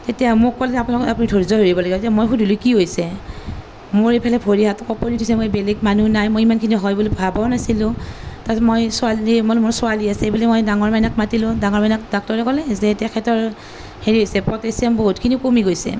তেতিয়া মোক ক'লে যে আপোনালোকে আপুনি ধৈৰ্য ধৰিব লাগিব যে মই সুধিলোঁ যে কি হৈছে মোৰ এইফালে ভৰি হাত কঁপনি উঠিছে মই বেলেগ মানুহ নাই মই ইমানখিনি হয় বুলি ভবাওঁ নাছিলোঁ তাৰ পিছত মই ছোৱালীজনী মানে মোৰ ছোৱালী আছে সেই বুলি মই ডাঙৰ মাইনাক মাতিলো ডাঙৰ মাইনাক ডাক্টৰে কলে যে তেখেতৰ হেৰি হৈছে পটেছিয়াম বহুতখিনি কমি গৈছে